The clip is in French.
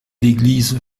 l’église